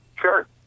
Sure